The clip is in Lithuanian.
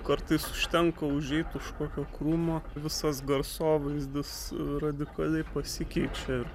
kartais užtenka užeit už kokio krūmo visas garsovaizdis radikaliai pasikeičia